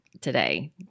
today